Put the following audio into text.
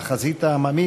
(חברי הכנסת מכבדים בקימה את זכרו של המנוח.)